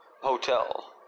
Hotel